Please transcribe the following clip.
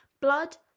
blood